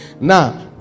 Now